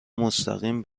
مستقیم